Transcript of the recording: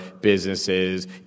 businesses